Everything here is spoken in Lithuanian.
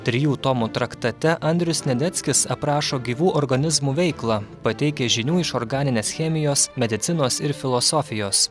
trijų tomų traktate andrius sniadeckis aprašo gyvų organizmų veiklą pateikia žinių iš organinės chemijos medicinos ir filosofijos